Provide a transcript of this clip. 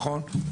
נכון?